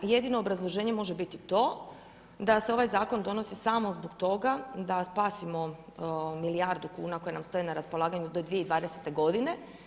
Jedino obrazloženje može biti to da se ovaj zakon donosi samo zbog toga da spasimo milijardu kuna koje nam stoje na raspolaganju do 2020. godine.